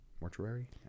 Mortuary